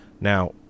Now